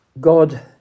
God